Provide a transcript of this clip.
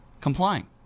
complying